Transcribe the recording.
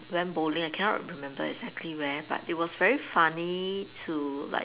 went bowling I cannot remember exactly where but it was very funny to like